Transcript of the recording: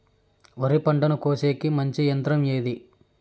వరి పంటను కోసేకి మంచి యంత్రం ఏది?